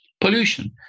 pollution